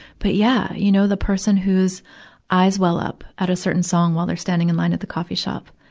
but yeah, you know, the person whose eyes well up at a certain song while they're standing in line at the coffee shop,